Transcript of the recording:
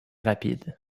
rapide